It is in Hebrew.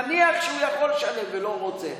נניח שהוא יכול לשלם ולא רוצה,